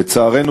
לצערנו,